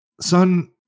Son